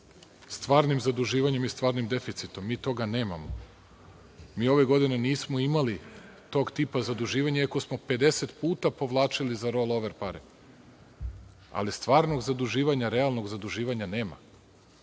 stvarnim zaduživanjem i stvarnim deficitom. Mi toga nemamo. Mi ove godine nismo imali tog tipa zaduživanje, iako smo 50 puta povlačili za rollover pare, ali stvarnog zaduživanja, realnog zaduživanja nema.